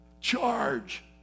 Charge